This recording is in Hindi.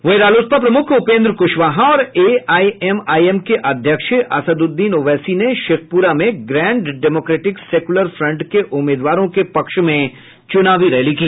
वहीं रालोसपा प्रमुख उपेंद्र कुशवाहा और एआईएमआईएम के अध्यक्ष असद्ददीन ओवैसी ने शेखपुरा में ग्रैंड डेमोक्रैटिक सेक्यूलर फ्रंट के उम्मीदवारों के पक्ष में चुनावी रैली की